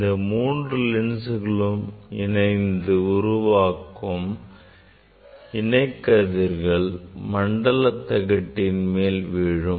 இந்த மூன்று லென்ஸ்களும் இணைந்து உருவாக்கும் இணை கதிர்கள் மண்டல தகட்டின் மேல் விழும்